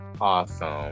awesome